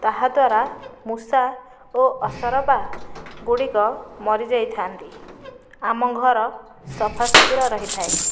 ତାହାଦ୍ୱାରା ମୂଷା ଓ ଅସରପା ଗୁଡ଼ିକ ମରିଯାଇଥାନ୍ତି ଆମ ଘର ସଫା ସୁତୁରା ରହିଥାଏ